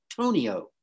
Tonio